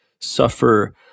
suffer